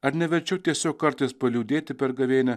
ar ne verčiau tiesiog kartais paliūdėti per gavėnią